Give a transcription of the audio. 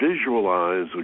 visualize